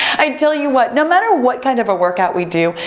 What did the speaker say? i tell you what, no matter what kind of a workout we do,